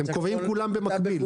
אתם קובעים כולם במקביל.